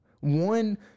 One